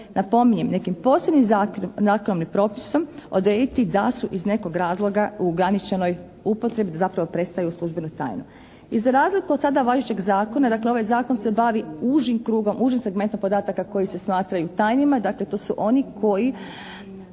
napominjem nekim posebnim zakonom …/Govornik se ne razumije./… propisom odrediti da su iz nekog razloga u ograničenoj upotrebi, zato jer predstavljaju službenu tajnu. I za razliku od tada važećeg zakona, dakle ovaj Zakon se bavi užim krugom, užim segmentom podataka koji se smatraju tajnima. Dakle, to su oni koji